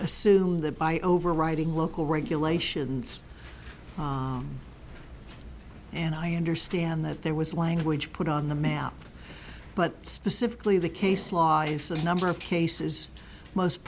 assume that by overriding local regulations and i understand that there was language put on the map but specifically the case law is the number of cases most